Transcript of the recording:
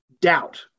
doubt